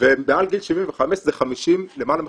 ומעל גיל 75 זה למעלה מ-50%,